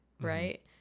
right